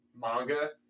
manga